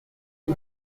die